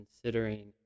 considering